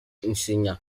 ishinya